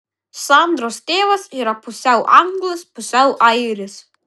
sandros tėvas yra pusiau anglas pusiau airis